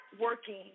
working